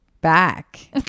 Back